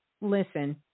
Listen